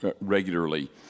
regularly